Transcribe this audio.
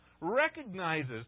recognizes